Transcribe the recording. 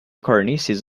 cornices